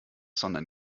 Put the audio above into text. sondern